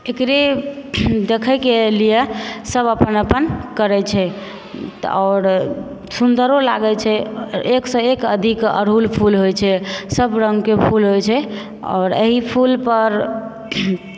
एकरे देखै कऽ लिये सभ अपन अपन करै छै तऽ आओर सुन्दरो लागै छै एकसँ एक अधिक अरहूल फूल होइ छै सभ रङ्ग के फूल होइ छै आओर एहि फूल पर